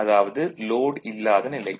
அதாவது லோட் இல்லாத நிலை